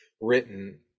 written